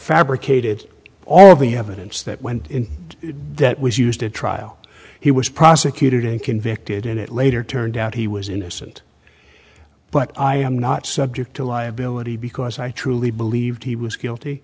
fabricated all the evidence that went in that was used at trial he was prosecuted and convicted and it later turned out he was innocent but i am not subject to liability because i truly believed he was guilty